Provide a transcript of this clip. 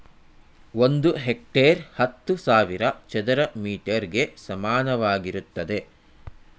ಒಂದು ಹೆಕ್ಟೇರ್ ಹತ್ತು ಸಾವಿರ ಚದರ ಮೀಟರ್ ಗೆ ಸಮಾನವಾಗಿರುತ್ತದೆ